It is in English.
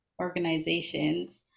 organizations